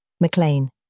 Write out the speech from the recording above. McLean